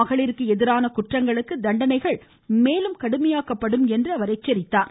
மகளிருக்கு எதிரான குற்றங்களுக்கு தண்டனைகள் மேலும் கடுமையாக்கப்படும் என்றார்